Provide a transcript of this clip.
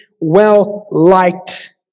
well-liked